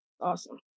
awesome